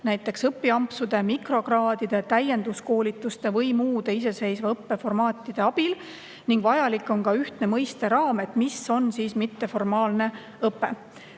näiteks õpiampsude, mikrokraadide, täienduskoolituste või muude iseseisva õppe formaatide abil. Vajalik on ühtne mõisteraam, mis on mitteformaalne õpe.